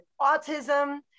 autism